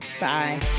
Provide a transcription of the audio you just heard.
Bye